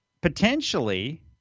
potentially